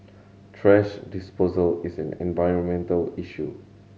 thrash disposal is an environmental issue